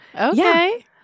Okay